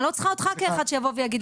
אני לא צריכה אותך כאחד שיבוא ויגיד לי.